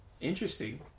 Interesting